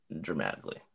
dramatically